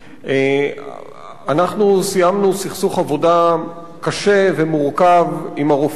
אנחנו סיימנו סכסוך עבודה קשה ומורכב עם הרופאים.